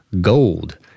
gold